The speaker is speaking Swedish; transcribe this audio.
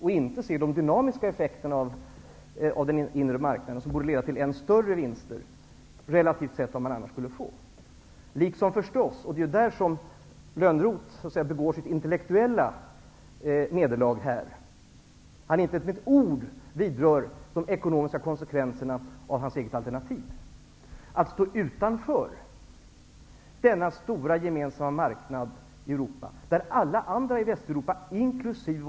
Man ser inte de dynamiska effekterna av den inre marknaden, som borde leda till ännu större vinster relativt sett än man annars skulle få. Johan Lönnroths intellektuella nederlag här består i att han inte med ett enda ord berör de ekonomiska konsekvenserna av sitt eget alternativ. När det gäller det här med att stå utanför den stora gemensamma marknad i Europa som alla andra i Västeuropa, inkl.